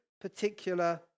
particular